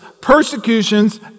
persecutions